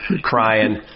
crying